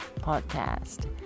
Podcast